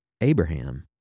Abraham